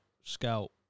scout